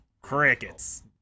Crickets